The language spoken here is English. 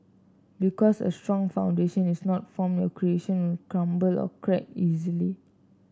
because a strong foundation is not formed your creation will crumble or crack easily